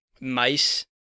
mice